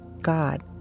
God